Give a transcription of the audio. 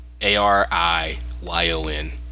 A-R-I-Y-O-N